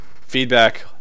Feedback